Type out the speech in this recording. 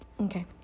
Okay